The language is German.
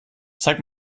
zeig